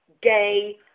gay